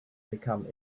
become